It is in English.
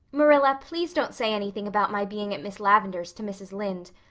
marilla, please don't say anything about my being at miss lavendar's to mrs. lynde.